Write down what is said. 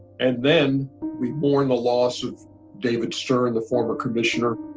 and then we mourn the loss of david stern, the former commissioner.